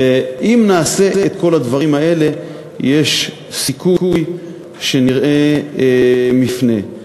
ואם נעשה את כל הדברים האלה יש סיכוי שנראה מפנה.